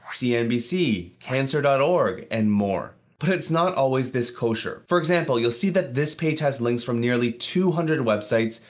cnbc, cancer dot org and more. but it's not always this kosher. for example, you'll see that this page has links from nearly two hundred websites,